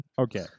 okay